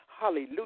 hallelujah